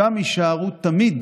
שם יישארו תמיד